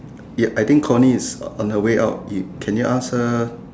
ya I think Courtney is on her way out can you ask her